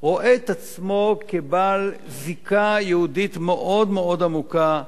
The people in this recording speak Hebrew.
רואה את עצמו כבעל זיקה יהודית מאוד מאוד עמוקה,